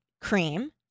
cream